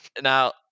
Now